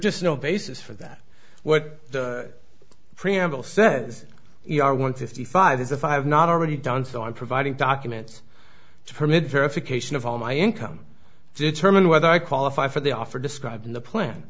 just no basis for that what the preamble says you are one to five as if i have not already done so i'm providing documents to permit verification of all my income determine whether i qualify for the offer described in the plan